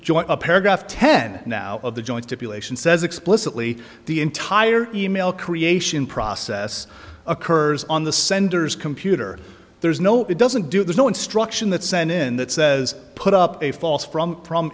joy of paragraph ten now of the joint stipulation says explicitly the entire email creation process occurs on the senders computer there's no it doesn't do there's no instruction that sent in that says put up a false from